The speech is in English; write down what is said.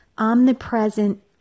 omnipresent